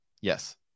Yes